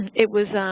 it was,